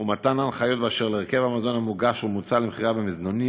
ומתן הנחיות באשר להרכב המזון המוגש או מוצע למכירה במזנונים,